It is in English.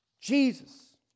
Jesus